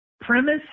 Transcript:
premise